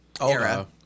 era